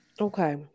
okay